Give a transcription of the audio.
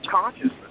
consciousness